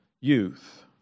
youth